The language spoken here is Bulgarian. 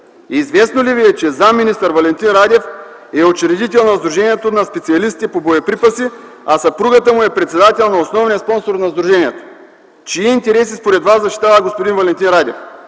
Известно ли Ви е, че заместник-министър Валентин Радев е учредител на Сдружението на специалистите по боеприпаси, а съпругата му е председател на основния спонсор на сдружението? Чии интереси според Вас защитава господин Валентин Радев?